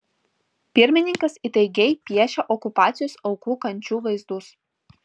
pirmininkas įtaigiai piešia okupacijos aukų kančių vaizdus